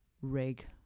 rig